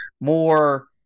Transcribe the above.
more –